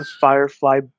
Firefly